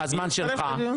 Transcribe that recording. הזמן שלך.